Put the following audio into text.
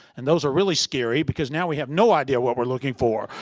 and those are really scary because now we have no idea what we're looking for.